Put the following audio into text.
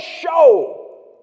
show